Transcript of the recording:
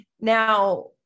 Now